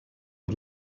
het